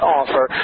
offer